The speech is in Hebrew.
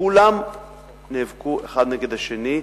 כולם נאבקו אחד נגד השני.